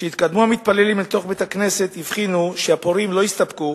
כשהתקדמו המתפללים אל תוך בית-הכנסת הבחינו שהפורעים לא הסתפקו